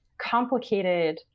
complicated